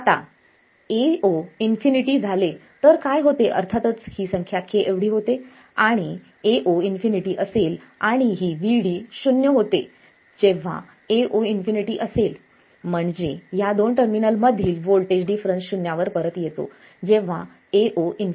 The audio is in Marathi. आता Ao ∞ झाले तर काय होते अर्थातच ही संख्या k एवढी होते जेव्हा Ao ∞ असेल आणि ही Vd 0 होते जेव्हा Ao ∞ असेल म्हणजे या दोन टर्मिनल मधील व्होल्टेज डिफरन्स शून्यावर परत येतो जेव्हा Ao ∞